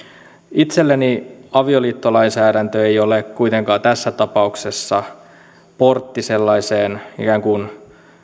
itselleni avioliittolainsäädäntö ei ole kuitenkaan tässä tapauksessa portti sellaiseen ikään kuin